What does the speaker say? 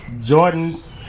Jordan's